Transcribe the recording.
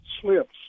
slips